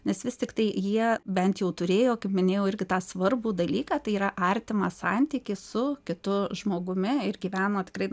nes vis tiktai jie bent jau turėjo kaip minėjau irgi tą svarbų dalyką tai yra artimą santykį su kitu žmogumi ir gyveno tikrai